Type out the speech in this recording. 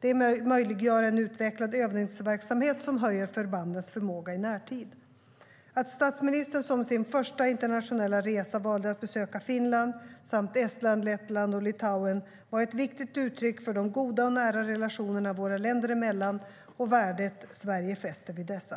Det möjliggör en utvecklad övningsverksamhet som höjer förbandens förmåga i närtid. Att statsministern som sin första internationella resa valde att besöka Finland samt Estland, Lettland och Litauen var ett viktigt uttryck för de goda och nära relationerna våra länder emellan och för värdet Sverige fäster vid dessa.